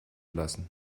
lassen